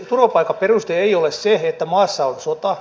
turvapaikan peruste ei ole se että maassa on sota